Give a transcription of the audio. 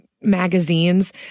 magazines